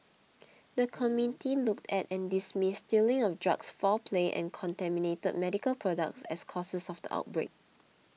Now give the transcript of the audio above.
the committee looked at and dismissed stealing of drugs foul play and contaminated medical products as causes of the outbreak